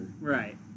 Right